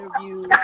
interview